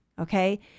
Okay